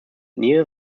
near